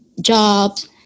Jobs